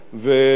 ברוך השם,